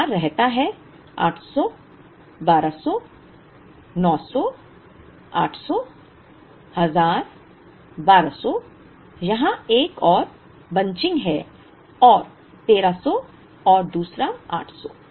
1000 रहता है 800 1200 900 8001000 1200 यहाँ एक और बंचिंग है 1300 और दूसरा 800